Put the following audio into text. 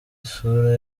isura